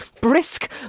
brisk